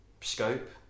scope